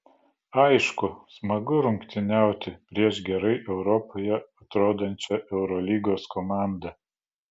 aišku smagu rungtyniauti prieš gerai europoje atrodančią eurolygos komandą